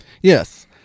Yes